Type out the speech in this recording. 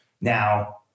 now